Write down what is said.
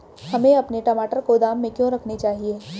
हमें अपने टमाटर गोदाम में क्यों रखने चाहिए?